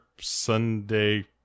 Sunday